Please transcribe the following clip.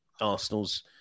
Arsenal's